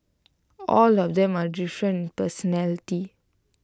all of them are different personality